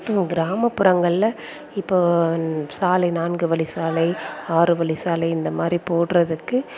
கிராமப்புறங்கள்ல இப்போ சாலை நான்கு வழி சாலை ஆறு வழி சாலை இந்த மாதிரி போடுறதுக்கு